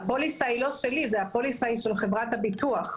הפוליסה היא של חברת הביטוח.